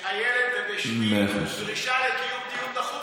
איילת ובשמי דרישה לקיום דיון דחוף.